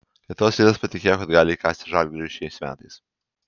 lietuvos rytas patikėjo kad gali įkasti žalgiriui šiais metais